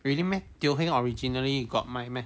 really meh Teo Heng originally got 卖 meh